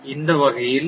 இந்த வகையில் R ஆனது 0